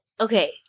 okay